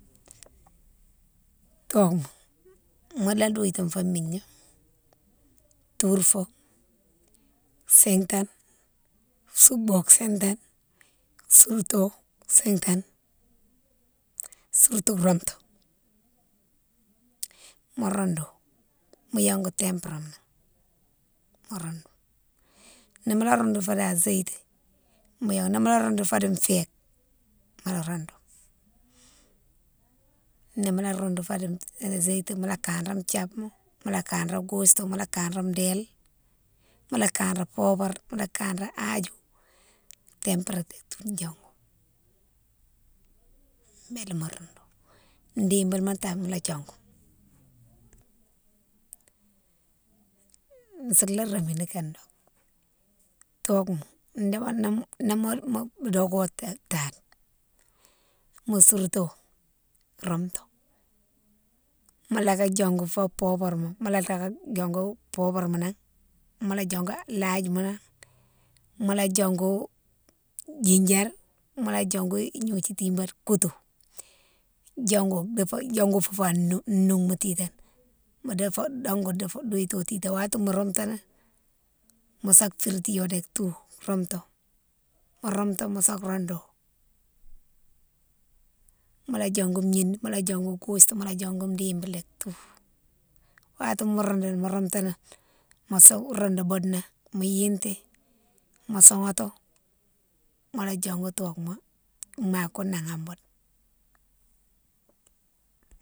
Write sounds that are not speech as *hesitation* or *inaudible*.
*noise* Tocouma mola douitifo migna tourfo sintane soubou sintane, sourto sintane, sourtou romtou, *noise* mo roudou, mo yongou temprama. Ni mola roudou fo di a géti yo, ni mola roudou fo di féke, mola roudou, ni mola roudou fo di agétima mo kanré thiabma, mola kanré goutou, mola kanré déle, mola kanré pobare, mola kanré ajouma, tempra tétou diongou, bélé mo roudou dibilma tate molo diongou. *noise* Solarémini ka noung, tocouma dimo *hesitation* mo doké atade, mo sourto roumtou, mola ka diongou pobarma, mola ka diongou pobarma nan, mola diongou ladjima nan, mola diongou djigére, mola diongou ignodiou tibate koutou, diongou difo, diongou fou nougma titate mo dongou douitiyo titane, watima mo roumtini, mosa firti yo dek tou, romtou mosa roudou. Mola diongou yine, mola diongou goustou, mola diongou dibil tou, watima mo roudoughi mo roumtini, mosa roudou boudna, mo yiti, mo soughati, mola diongou tocouma. mah ghounne nan an boude.